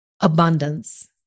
abundance